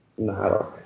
No